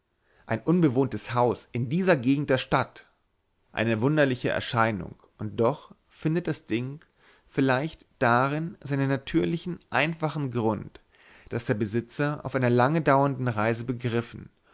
ein unbewohntes haus in dieser gegend der stadt eine wunderliche erscheinung und doch findet das ding vielleicht darin seinen natürlichen einfachen grund daß der besitzer auf einer lange dauernden reise begriffen